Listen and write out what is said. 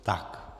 Tak.